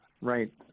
Right